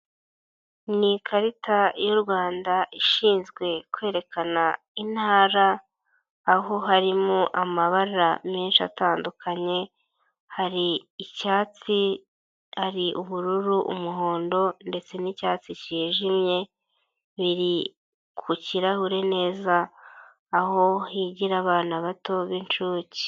Ni ikarita y'uRwanda ishinzwe kwerekana intara, aho harimo amabara menshi atandukanye, hari icyatsi, hari ubururu umuhondo ndetse n'icyatsi cyijimye, biri ku kirahure neza, aho higira abana bato b'inshuke.